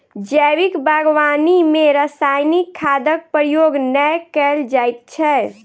जैविक बागवानी मे रासायनिक खादक प्रयोग नै कयल जाइत छै